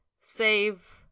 save